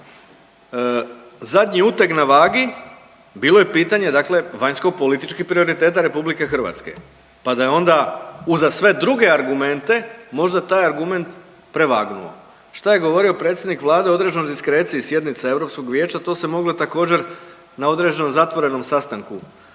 zadnju uteg na vagi, bilo je pitanje dakle vanjsko-političkih prioriteta Republike Hrvatske pa da je onda uza sve druge argumente možda taj argument prevagnuo. Šta je govorio predsjednik Vlade u određenoj diskreciji sjednica Europskog vijeća to se moglo također na određenom zatvorenom sastanku